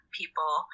people